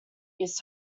his